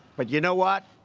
but you know what?